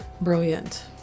Brilliant